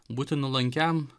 būti nuolankiam